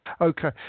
Okay